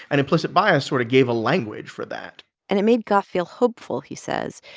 and implicit bias sort of gave a language for that and it made goff feel hopeful, he says,